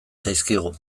zaizkigu